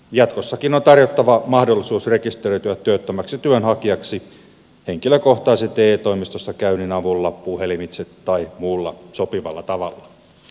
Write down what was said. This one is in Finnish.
jatkossakin on tarjottava mahdollisuus rekisteröityä työttömäksi työnhakijaksi henkilökohtaisen te toimistossa käynnin avulla puhelimitse tai muulla sopivalla tavalla